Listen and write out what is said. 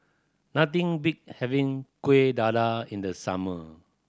nothing beats having Kuih Dadar in the summer